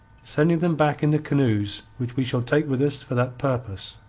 sending them back in the canoes which we shall take with us for that purpose.